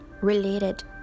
related